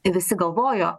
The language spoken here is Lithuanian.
visi galvojo